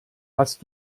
hast